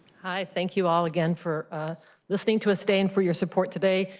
hi, thank you all again for listening to us today and for your support today,